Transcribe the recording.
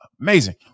amazing